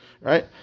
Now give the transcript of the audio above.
right